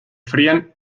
fríen